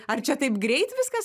ar čia taip greit viskas